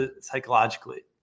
psychologically